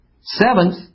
Seventh